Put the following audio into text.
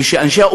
וכשאנחנו,